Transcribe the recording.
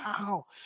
wow